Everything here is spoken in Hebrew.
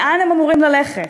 לאן הם אמורים ללכת?